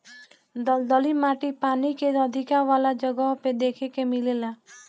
दलदली माटी पानी के अधिका वाला जगह पे देखे के मिलेला